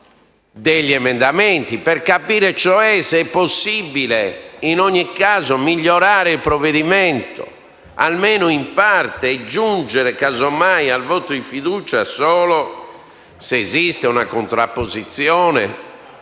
sugli emendamenti per capire se sia possibile, in ogni caso, migliorare il provvedimento, almeno in parte, e giungere al voto di fiducia solo in presenza di una contrapposizione